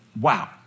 wow